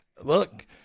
Look